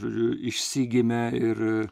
žodžiu išsigimė ir